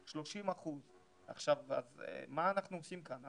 30%. אז מה אנחנו עושים כאן?